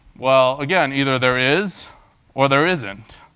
well, again, either there is or there isn't,